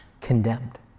condemned